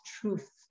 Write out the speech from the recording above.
truth